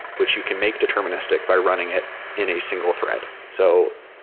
which you can make deterministic by running it in a single thread. so,